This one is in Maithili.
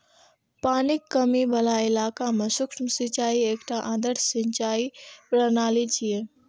पानिक कमी बला इलाका मे सूक्ष्म सिंचाई एकटा आदर्श सिंचाइ प्रणाली छियै